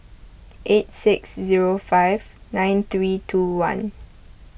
eight six zero five nine three two one